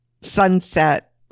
sunset